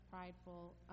prideful